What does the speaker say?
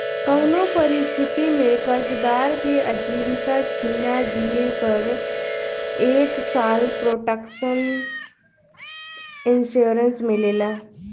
कउनो परिस्थिति में कर्जदार के आजीविका छिना जिए पर एक साल प्रोटक्शन इंश्योरेंस मिलेला